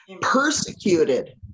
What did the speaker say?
Persecuted